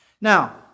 Now